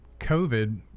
COVID